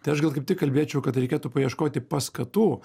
tai aš gal kaip tik kalbėčiau kad reikėtų paieškoti paskatų